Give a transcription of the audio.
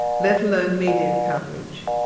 let alone media coverage.